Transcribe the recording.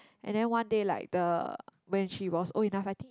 and then one day like the when she was old enough I think